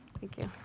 thank you.